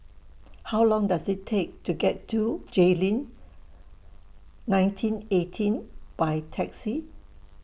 How Long Does IT Take to get to Jayleen nineteen eighteen By Taxi